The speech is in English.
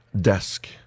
desk